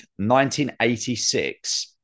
1986